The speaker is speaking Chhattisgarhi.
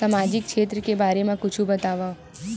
सामजिक क्षेत्र के बारे मा कुछु बतावव?